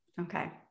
okay